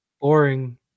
Boring